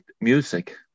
music